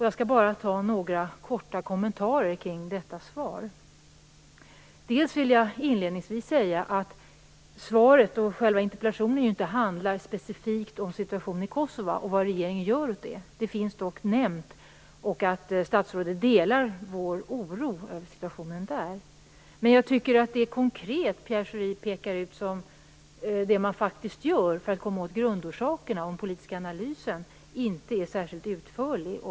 Jag skall bara göra några korta kommentarer kring detta svar. Inledningsvis vill jag säga att interpellationen och svaret inte handlar specifikt om situationen i Kosova och vad regeringen gör åt den. Frågan är dock nämnd, och statsrådet delar vår oro. Men det som Pierre Schori konkret redovisar av det som man gör för att komma åt grundorsakerna är inte särskilt utförligt.